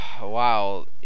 wow